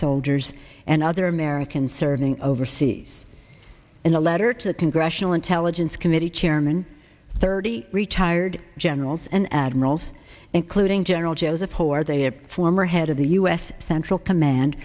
soldiers and other americans serving overseas in a letter to the congressional intelligence committee chairman thirty retired generals and admirals including general joseph hoar they are former head of the u s central command